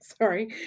Sorry